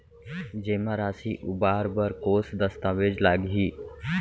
जेमा राशि उबार बर कोस दस्तावेज़ लागही?